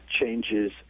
changes